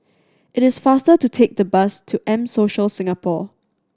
it is faster to take the bus to M Social Singapore